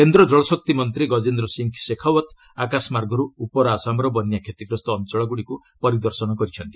କେନ୍ଦ୍ର ଜଳଶକ୍ତି ମନ୍ତ୍ରୀ ଗଜେନ୍ଦ୍ର ସିଂହ ଶେଖାଓ୍ୱତ୍ ଆକାଶମାର୍ଗରୁ ଉପର ଆସାମର ବନ୍ୟା କ୍ଷତିଗ୍ରସ୍ତ ଅଞ୍ଚଳ ପରିଦର୍ଶନ କରିଛନ୍ତି